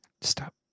stop